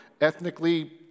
ethnically